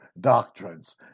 doctrines